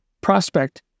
prospect